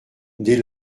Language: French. des